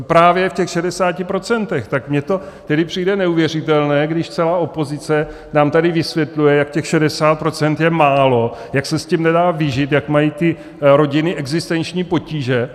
Právě v těch 60 procentech, tak mně to tedy přijde neuvěřitelné, když celá opozice nám tady vysvětluje, jak těch 60 % je málo, jak se s tím nedá vyžít, jak mají ty rodiny existenční potíže.